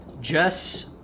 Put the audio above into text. Jess